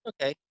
Okay